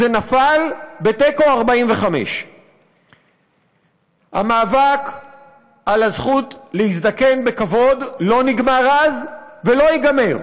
זה נפל בתיקו 45. המאבק על הזכות להזדקן בכבוד לא נגמר אז ולא ייגמר,